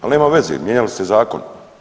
Ali nema veze, mijenjali ste zakon.